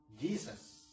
Jesus